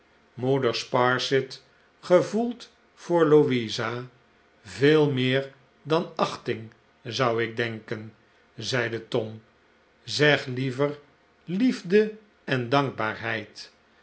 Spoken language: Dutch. moeder sparsit gevoelt voor louisa veel meer dan achting zou ik denken zeide tom zeg liever liefde en dankbaarheid